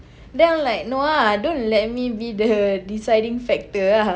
then I'm like no ah don't let me be the deciding factor ah